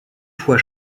fois